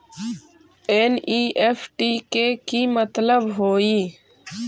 NEFT के कि मतलब होइ?